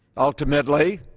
ultimately,